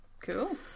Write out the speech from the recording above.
Cool